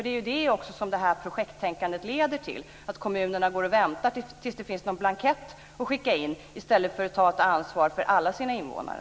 Det är också det som projekttänkandet leder till, att kommunerna går och väntar tills det finns någon blankett att skicka in i stället för att ta ansvar för alla sina invånare.